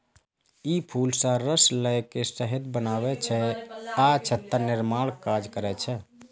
ई फूल सं रस लए के शहद बनबै छै आ छत्ता निर्माणक काज करै छै